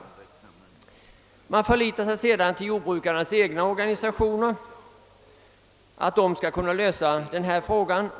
Utskottet förlitar sig på att jordbrukarnas egna organisationer skall kunna lösa denna fråga.